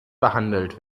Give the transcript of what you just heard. behandelt